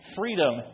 freedom